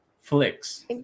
flicks